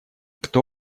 кто